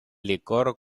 licor